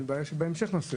נעשה את זה בהמשך.